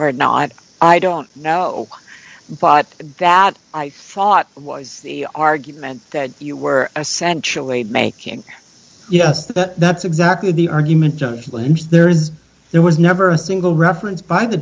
or not i don't know but that i thought was the argument that you were essentially making yes the that's exactly the argument there is there was never a single reference by the